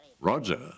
Roger